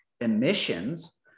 emissions